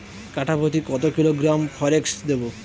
কাঠাপ্রতি কত কিলোগ্রাম ফরেক্স দেবো?